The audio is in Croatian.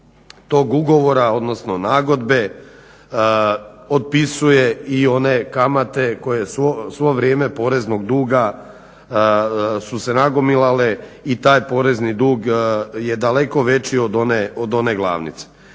tog ugovora, odnosno nagodbe otpisuje i one kamate koje svo vrijeme poreznog duga su se nagomilale i taj porezni dug je daleko veći od one glavnice.